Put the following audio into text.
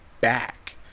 back